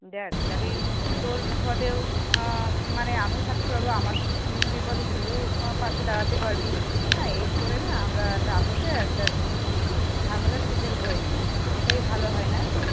দেখ তাহলে তোর বিপদেও মানে আমিও থাকতে পারবো আমাস বিপদে তুইও পাশে দাঁড়াতে পারবি হ্যাঁ এই করে না আমরা একটা আপোষে একটা ঝামেলা সেটেলড হয়ে নিই সেটাই ভালো হয় নাকি